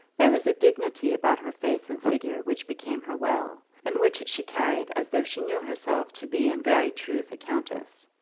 there was a dignity about her face and figure which became her well, and which she carried as though she knew herself to be in very truth a countess.